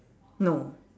no